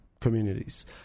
communities